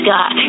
God